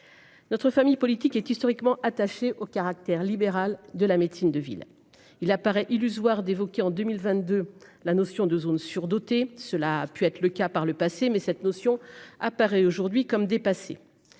Notre famille politique est historiquement attachées au caractère libéral de la médecine de ville, il apparaît illusoire d'évoquer en 2022. La notion de zones surdotées cela a pu être le cas par le passé mais cette notion apparaît aujourd'hui comme dépassé.